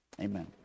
Amen